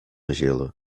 gelo